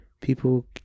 People